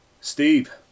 Steve